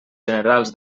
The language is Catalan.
generals